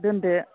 दोनदो